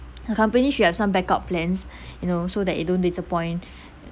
the company should have some backup plans you know so that you don't disappoint